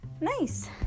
Nice